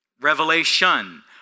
revelation